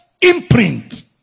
Imprint